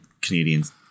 canadian's